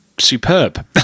superb